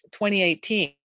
2018